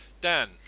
Dan